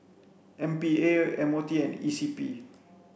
M P A M O T and E C P